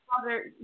father